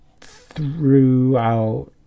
throughout